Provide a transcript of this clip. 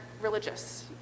religious